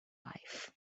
wife